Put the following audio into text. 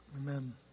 Amen